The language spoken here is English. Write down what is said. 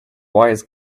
wise